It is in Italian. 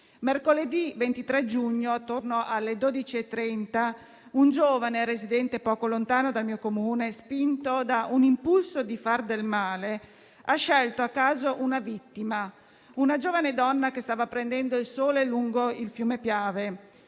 Mercoledì 23 giugno, intorno alle 12,30, un giovane, residente poco lontano dal mio Comune e spinto da un impulso di far del male, ha scelto a caso una vittima, una giovane donna che stava prendendo il sole lungo il fiume Piave.